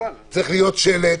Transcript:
צריך להיות שלט